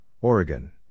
Oregon